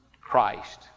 Christ